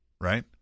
right